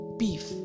beef